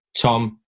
Tom